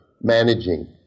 managing